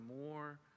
more